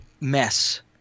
mess